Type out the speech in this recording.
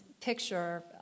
picture